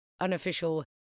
unofficial